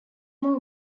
more